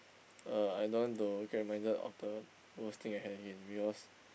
uh I don't want to get reminded of the worst thing I had it in because